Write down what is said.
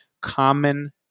common